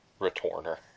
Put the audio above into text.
returner